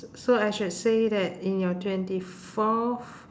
so I should say that in your twenty fourth